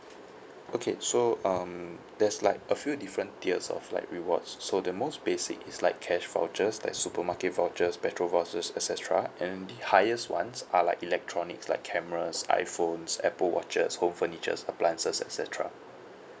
okay so um there's like a few different tiers of like rewards so the most basic is like cash vouchers like supermarket vouchers petrol vouchers et cetera and the highest ones are like electronics like cameras iphones apple watches home furniture appliances et cetera